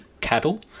cattle